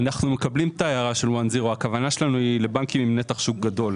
אנחנו מקבלים את ההערה של ONE-ZIRO. הכוונה שלנו היא לבנקים עם נתח שוק גדול,